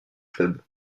club